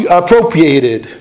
appropriated